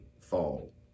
fall